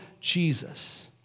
Jesus